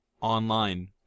online